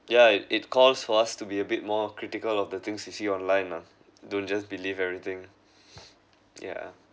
yeah it it calls for us to be a bit more critical of the things you see online lah don't just believe everything yeah